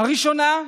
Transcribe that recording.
הראשונה,